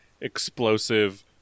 explosive